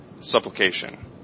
supplication